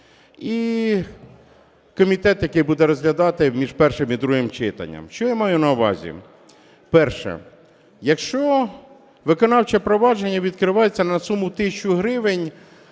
і комітет, який буде розглядати між першим і другим читанням. Що я маю на увазі? Перше. Якщо виконавче провадження відкривається на суму тисяча гривень,